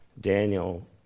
Daniel